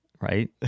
Right